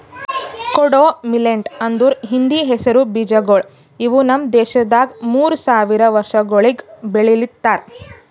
ಕೊಡೋ ಮಿಲ್ಲೆಟ್ ಅಂದುರ್ ಹಿಂದಿ ಹೆಸರು ಬೀಜಗೊಳ್ ಇವು ನಮ್ ದೇಶದಾಗ್ ಮೂರು ಸಾವಿರ ವರ್ಷಗೊಳಿಂದ್ ಬೆಳಿಲಿತ್ತಾರ್